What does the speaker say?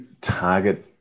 target